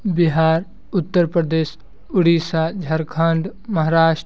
Bihar Uttar Pradesh Odisha Jharkhand Maharashtra